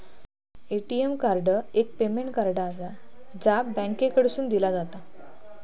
ATM card एक payment card आसा, जा बँकेकडसून दिला जाता